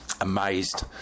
amazed